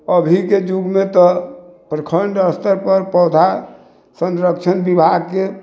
अभिके जुगमे तऽ प्रखण्ड स्तर पर पौधा संरक्षण विभागके